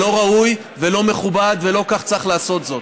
זה לא ראוי ולא מכובד ולא כך צריך לעשות זאת.